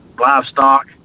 livestock